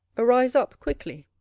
arise up quickly.